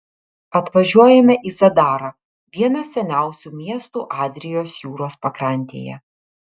atvažiuojame į zadarą vieną seniausių miestų adrijos jūros pakrantėje